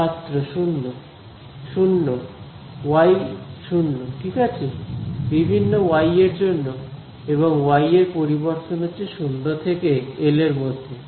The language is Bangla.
ছাত্র 0 0 ওয়াই 0 ঠিক আছে বিভিন্ন ওয়াই এর জন্য এবং ওয়াই এর পরিবর্তন হচ্ছে শূন্য থেকে এল এর মধ্যে